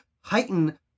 heighten